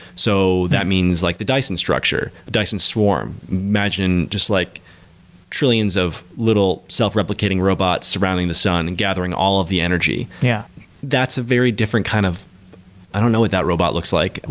so that means like the dyson structure, dyson swarm. imagine just like trillions of little self replicating robots surrounding the sun and gathering all of the energy. yeah that's a very different kind of i don't know what that robot looks like.